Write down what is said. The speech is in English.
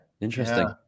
interesting